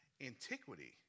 antiquity